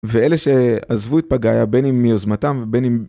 ואלה שעזבו את פאגאיה בין אם מיוזמתם ובין אם...